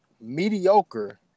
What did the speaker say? mediocre